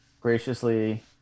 graciously